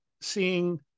seeing